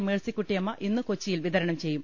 മേഴ്സിക്കുട്ടിയമ്മ കൊച്ചിയിൽ വിതര ണം ചെയ്യും